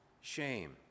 shame